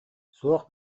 суох